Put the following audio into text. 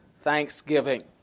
thanksgiving